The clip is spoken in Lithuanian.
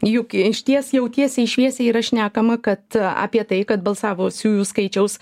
juk išties jau tiesiai šviesiai yra šnekama kad apie tai kad balsavosiųjų skaičiaus